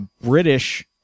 British